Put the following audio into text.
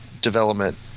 development